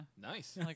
Nice